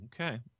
Okay